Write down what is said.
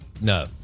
No